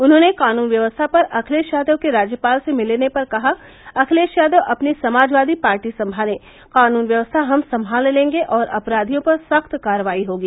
उन्होंने कानून व्यवस्था पर अखिलेश यादव के राज्यपाल से मिलने पर कहा अखिलेश यादव अपनी समाजवादी पार्टी संभाले कानून व्यवस्था हम संभाल लेंगे और अपराधियों पर सख्त कार्रवाई होगी